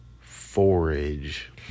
forage